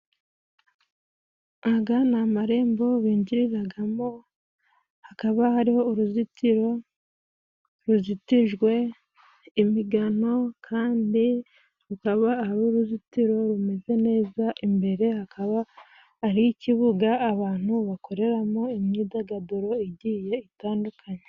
Aga ni amarembo binjiriragamo, hakaba hariho uruzitiro ruzitijwe imigano ,kandi rukaba ari uruzitiro rumeze neza imbere hakaba ari ikibuga abantu bakoreramo imyidagaduro igiye itandukanye.